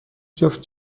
جفت